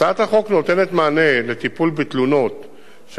הצעת החוק נותנת מענה לטיפול בתלונות של